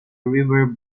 river